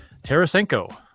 Tarasenko